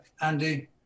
Andy